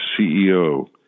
ceo